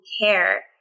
care